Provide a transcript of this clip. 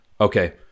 okay